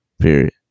Period